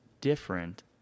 different